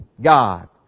God